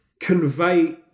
convey